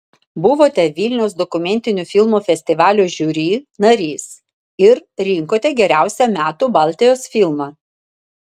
buvote vilniaus dokumentinių filmų festivalio žiuri narys ir rinkote geriausią metų baltijos filmą